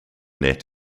net